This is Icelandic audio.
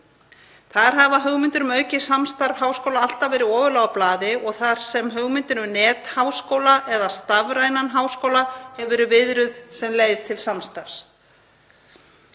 Þar hafa hugmyndir um aukið samstarf háskólanna alltaf verið ofarlega á blaði og hugmyndin um netháskóla eða stafrænan háskóla hefur verið viðruð sem leið til samstarfs.